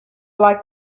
like